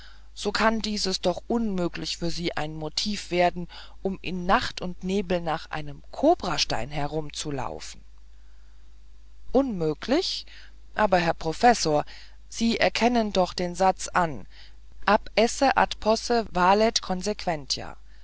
so kann dieselbe doch unmöglich für sie ein motiv werden um in nacht und nebel nach einem kobrastein umherzulaufen unmöglich aber herr professor sie erkennen doch den satz an ab esse ad posse valet consequentia